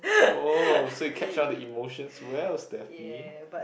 oh so you catch on the emotions well Stephanie